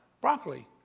broccoli